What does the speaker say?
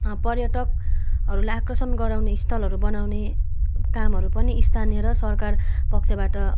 पर्यटकहरूलाई आकर्षण गराउने स्थलहरू बनाउने कामहरू पनि स्थानीय र सरकार पक्षबाट